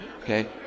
Okay